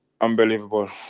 unbelievable